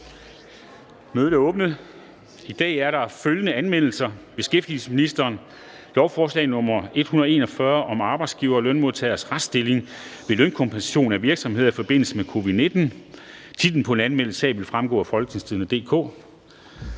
Mødet er åbnet. I dag er der følgende anmeldelse: Beskæftigelsesministeren (Peter Hummelgaard): Lovforslag nr. L 141 (Forslag til lov om arbejdsgiveres og lønmodtageres retsstilling ved lønkompensation af virksomheder i forbindelse med covid-19). Titlen på den anmeldte sag vil fremgå af www.folketingstidende.dk